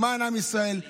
למען עם ישראל,